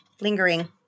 lingering